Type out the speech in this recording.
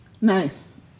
Nice